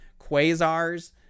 quasars